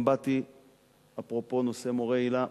אפרופו נושא היל"ה,